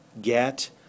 get